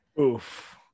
oof